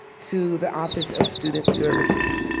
to the office of student services.